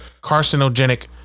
carcinogenic